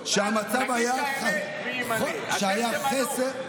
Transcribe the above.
כשהמצב היה שהיה חסר,